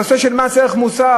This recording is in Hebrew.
הנושא של מס ערך מוסף,